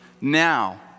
now